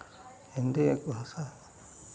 हिन्दी एक भाषा है